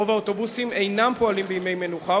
רוב האוטובוסים אינם פועלים בימי מנוחה,